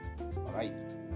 Right